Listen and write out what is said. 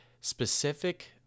specific